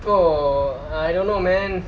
oh I don't know man